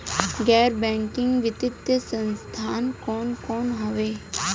गैर बैकिंग वित्तीय संस्थान कौन कौन हउवे?